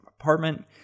apartment